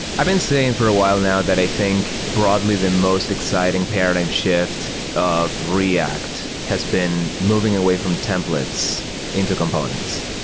i've been saying for a while now that i think broadly the most exciting paradigm shift of react has been moving away from templates into components.